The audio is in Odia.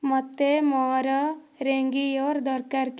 ମୋତେ ମୋର ରେଙ୍ଗିୟର ଦରକାର କି